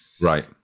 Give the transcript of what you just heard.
right